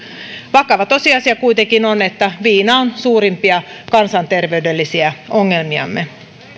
vakava tosiasia kuitenkin on että viina on suurimpia kansanterveydellisiä ongelmiamme